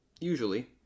usually